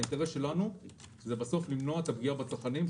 האינטרס שלנו הוא בסוף למנוע את הפגיעה בצרכנים.